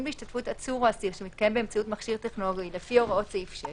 בהשתתפות עצור או אסיר שמתקיים באמצעות מכשיר טכנולוגי לפי הוראות סעיף 6,